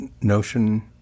notion